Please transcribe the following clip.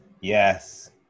yes